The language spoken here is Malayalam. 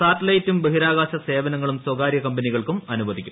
സാറ്റ്ലൈറ്റും ബഹിരാകാശ സേവനങ്ങളും സ്വകാര്യ കമ്പനികൾക്കും അനുവദിക്കും